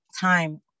time